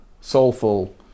soulful